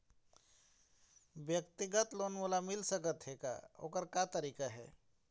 व्यक्तिगत लोन मोल मिल सकत हे का, ओकर का तरीका हे?